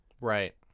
Right